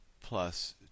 plus